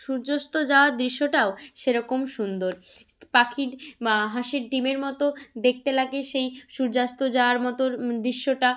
সূর্যাস্ত যাওয়ার দৃশ্যটাও সেরকম সুন্দর পাখির বা হাঁসের ডিমের মতো দেখতে লাগে সেই সূর্যাস্ত যাওয়ার মতন দৃশ্যটা